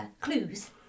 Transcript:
clues